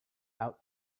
out